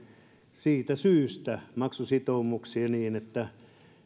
siitä syystä maksusitoumuksia niin että